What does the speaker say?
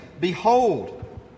Behold